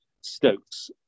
Stokes